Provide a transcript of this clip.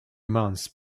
months